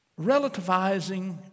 Relativizing